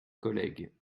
collègue